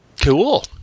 cool